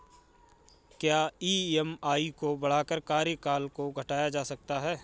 क्या ई.एम.आई को बढ़ाकर कार्यकाल को घटाया जा सकता है?